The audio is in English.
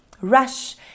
Rush